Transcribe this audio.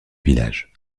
village